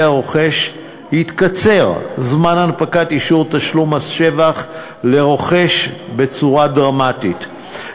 הרוכש יתקצר זמן הנפקת אישור תשלום מס שבח לרוכש בצורה דרמטית,